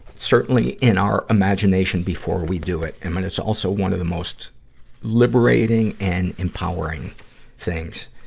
certainly in our imagination, before we do it. and and it's also one of the most liberating and empowering things.